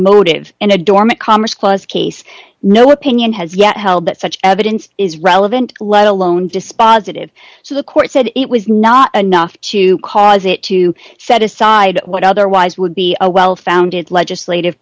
motive in a dormant commerce clause case no opinion has yet held that such evidence is relevant let alone dispositive so the court said it was not enough to cause it to set aside what otherwise would be a well founded legislative